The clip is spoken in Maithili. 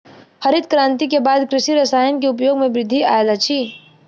हरित क्रांति के बाद कृषि रसायन के उपयोग मे वृद्धि आयल अछि